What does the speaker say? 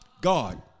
God